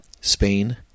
Spain